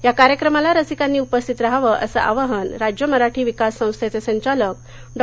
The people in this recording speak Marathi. या कार्यक्रमाला रसिकांनी उपस्थित रहावं अस आवाहन राज्य मराठी विकास संस्थेचे संचालक डॉ